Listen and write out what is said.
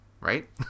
Right